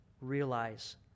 realize